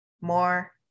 more